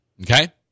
Okay